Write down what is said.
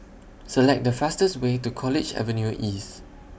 Select The fastest Way to College Avenue East